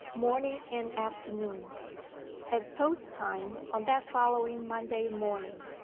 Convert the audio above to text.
morning and afternoon at post-time on that following monday morning,